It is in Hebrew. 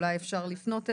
אולי אפשר לפנות אליהם?